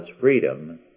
freedom